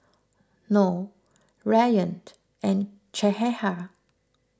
Noh Rayyaned and Cahaya